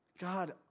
God